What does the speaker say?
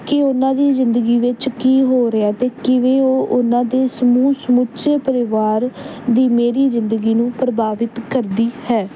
ਕਿ ਉਹਨਾਂ ਦੀ ਜ਼ਿੰਦਗੀ ਵਿੱਚ ਕੀ ਹੋ ਰਿਹਾ ਅਤੇ ਕਿਵੇਂ ਉਹ ਉਹਨਾਂ ਦੇ ਸਮੂਹ ਸਮੁੱਚੇ ਪਰਿਵਾਰ ਦੀ ਮੇਰੀ ਜ਼ਿੰਦਗੀ ਨੂੰ ਪ੍ਰਭਾਵਿਤ ਕਰਦੀ ਹੈ